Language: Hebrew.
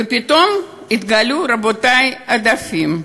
ופתאום התגלו, רבותי, עודפים.